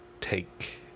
Take